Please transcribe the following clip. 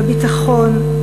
בביטחון,